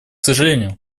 сожалению